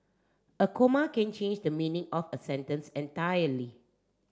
a comma can change the meaning of a sentence entirely